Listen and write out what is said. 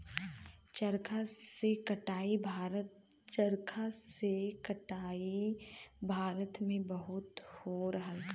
चरखा से कटाई भारत में बहुत होत रहल